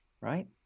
right